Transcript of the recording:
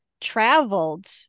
traveled